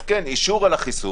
אז כן אישור על החיסון,